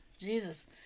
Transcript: Jesus